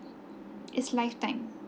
it's lifetime